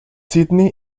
sydney